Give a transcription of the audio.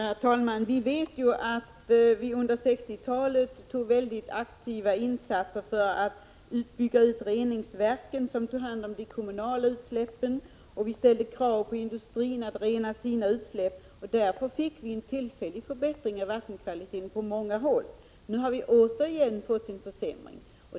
Herr talman! Vi vet att man på 1960-talet vidtog mycket aktiva åtgärder för att bygga ut de reningsverk som tog hand om de kommunala utsläppen. Vi ställde också krav på industrin att den skulle rena sina utsläpp. Därför fick man en tillfällig förbättring av vattenkvaliteten på många håll. Nu har vi återigen fått en försämring.